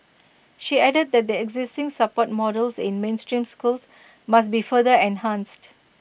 she added that the existing support models in mainstream schools must be further enhanced